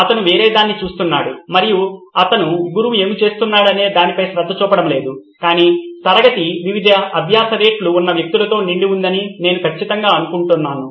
అతను వేరొకదాన్ని చూస్తున్నాడు మరియు అతను గురువు ఏమి చెప్తున్నాడనే దానిపై శ్రద్ధ చూపడం లేదు కాని తరగతి వివిధ అభ్యాస రేట్లు ఉన్న వ్యక్తులతో నిండి ఉందని నేను ఖచ్చితంగా అనుకుంటున్నాను